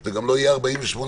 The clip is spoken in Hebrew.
זה גם לא יהיה 48 שעות,